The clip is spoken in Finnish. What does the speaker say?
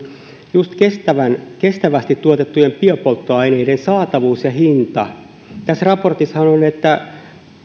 just kestävästi tuotettujen biopolttoaineiden saatavuus ja hinta tässä raportissahan on että